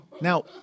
Now